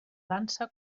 dansa